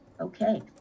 Okay